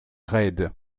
raide